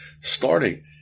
starting